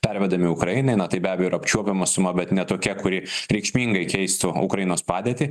pervedami ukrainai na tai be abejo yra apčiuopiama suma bet ne tokia kuri reikšmingai keistų ukrainos padėtį